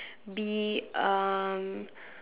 be um